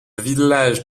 village